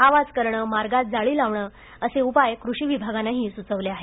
आवाज करणं मार्गात जाळी लावणं असे उपाय कृषि विभागानं ही सुचवले आहेत